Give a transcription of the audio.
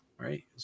right